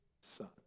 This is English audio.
son